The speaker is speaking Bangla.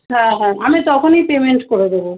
হ্যাঁ হ্যাঁ আমি তখনই পেমেন্ট করে দেবো